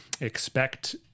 expect